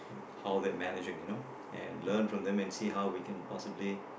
how they're managing you know and learn from them and see how we can possibly